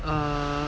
err